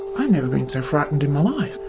and so frightened in my life.